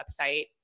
website